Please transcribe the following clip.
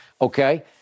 Okay